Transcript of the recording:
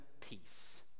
peace